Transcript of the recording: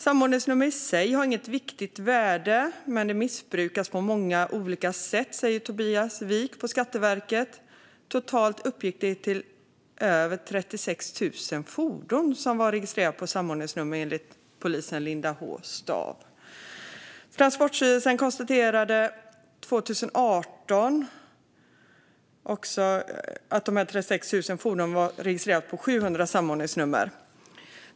"Samordningsnummer i sig har ett viktigt värde, men det missbrukas på olika sätt", säger Tobias Wijk på Skatteverket. "Totalt uppgick det till över 36 000 fordon som var registrerade på samordningsnummer", enligt polisen Linda H Staaf. Transportstyrelsen konstaterade 2018 att dessa 36 000 fordon var registrerade på 700 samordningsnummer.